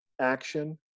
action